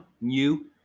new